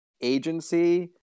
agency